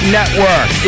Network